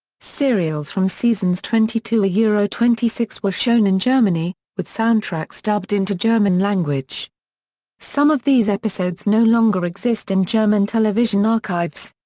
serials from seasons twenty two yeah twenty six were shown in germany, with soundtracks dubbed into german language some of these episodes no longer exist in german television archives.